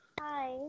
Hi